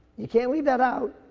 you can't leave that out.